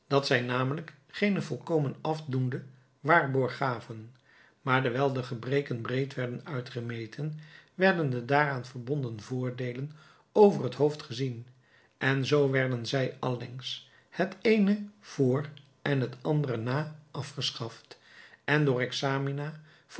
dat zij namelijk geenen volkomen afdoenden waarborg gaven maar terwijl de gebreken breed werden uitgemeten werden de daaraan verbonden voordeelen over het hoofd gezien en zoo werden zij allengs het eene voor en het andere na afgeschaft en door examina